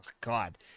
god